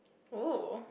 oh